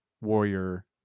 warrior